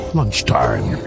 lunchtime